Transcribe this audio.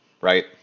right